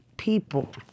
people